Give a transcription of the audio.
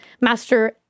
master